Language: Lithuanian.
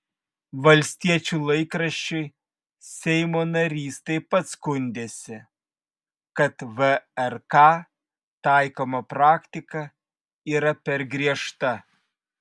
valstiečių laikraščiui seimo narys taip pat skundėsi kad vrk taikoma praktika yra per griežta